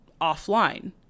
offline